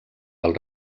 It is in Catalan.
del